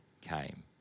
came